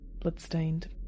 bloodstained